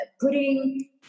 putting